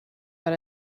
got